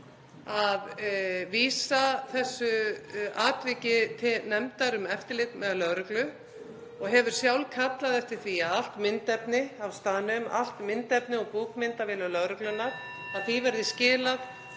að vísa þessu atviki til nefndar um eftirlit með lögreglu og hefur sjálf kallað eftir því að öllu myndefni af staðnum, öllu myndefni úr búkmyndavélum lögreglunnar verði skilað